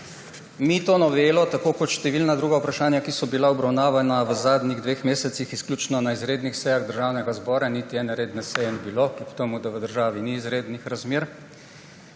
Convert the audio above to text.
Mi to novelo tako kot številna druga vprašanja, ki so bila obravnavana v zadnjih dveh mesecih izključno na izrednih sejah Državnega zbora, niti ene redne seje ni bilo, kljub temu da v državi ni izrednih razmer,